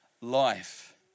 life